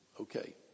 Okay